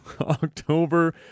October